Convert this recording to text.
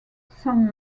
some